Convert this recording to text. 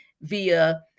via